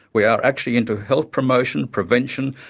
we are actually into health promotion, prevention,